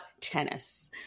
tennis